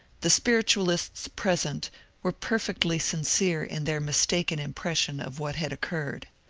the spiritualists present were perfectly sincere in their mistaken impression of what had occurred.